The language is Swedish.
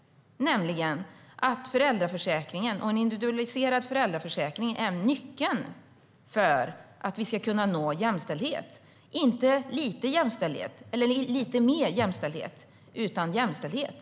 Föräldraförsäkringen och en individualiserad föräldraförsäkring än nyckeln för att vi ska kunna nå jämställdhet, inte lite jämställdhet eller lite mer jämställdhet utan jämställdhet.